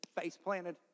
face-planted